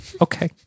Okay